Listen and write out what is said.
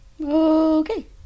Okay